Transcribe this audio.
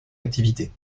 activité